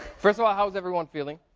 first of all, how is everyone feeling?